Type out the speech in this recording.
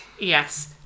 Yes